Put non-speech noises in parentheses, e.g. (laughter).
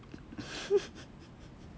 (laughs)